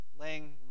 laying